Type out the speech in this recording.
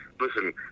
Listen